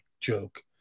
joke